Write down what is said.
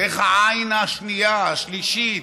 דרך העין השנייה, השלישית,